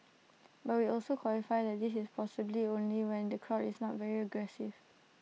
but we also qualify that this is possibly only when the crowd is not very aggressive